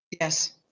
Yes